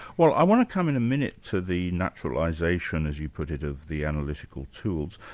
well i want to come in a minute to the naturalisation as you put it, of the analytical tools,